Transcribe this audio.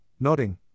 nodding